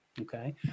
Okay